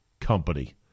company